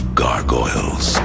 gargoyles